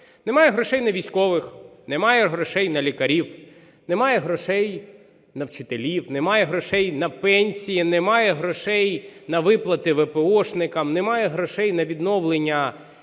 немає грошей на військових, немає грошей на лікарів, немає грошей на вчителів, немає грошей на пенсії, немає грошей на виплати вепеошникам, немає грошей на відновлення майна,